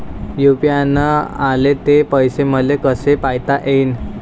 UPI न आले ते पैसे मले कसे पायता येईन?